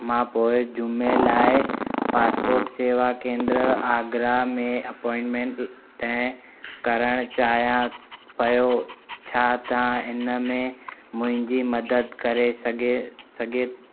मां पोए जुमे लाइ पासपोर्ट सेवा केंद्र आगरा में अपोइंटमेन्ट तइ करणु चाहियां पयो छा तव्हां इन में मुंहिंजी मदद करे सघे सघे